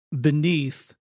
beneath